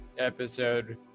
Episode